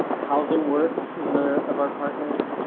housing works is another of our partners,